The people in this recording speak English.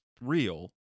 real